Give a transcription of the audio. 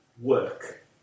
work